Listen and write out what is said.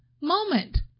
moment